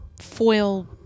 foil